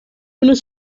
unes